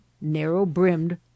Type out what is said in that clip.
narrow-brimmed